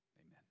amen